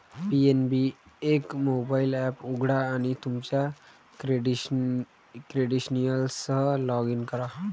PNB एक mobile app उघडा आणि तुमच्या क्रेडेन्शियल्ससह लॉग इन करा